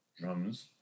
drums